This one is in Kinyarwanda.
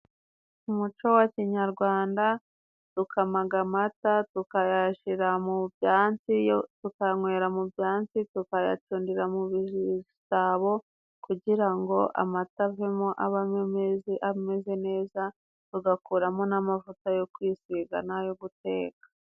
Mu muco wa kinyarwanda dukama amata tukayashyira mu byansi, tukanywera mu byansi, tukayacundira mu bisabo kugira ngo amata avemo abe ameze neza, bagakuramo n'amavuta yo kwisiga n'ayo guteka.